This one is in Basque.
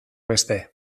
beste